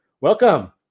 Welcome